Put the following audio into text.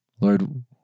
Lord